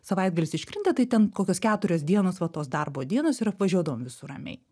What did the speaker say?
savaitgalis iškrinta tai ten kokios keturios dienos va tos darbo dienos ir apvažiuodavom visur ramiai